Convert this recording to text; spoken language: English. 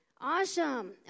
Awesome